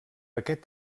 aquest